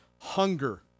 hunger